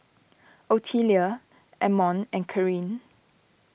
Otelia Ammon and Carin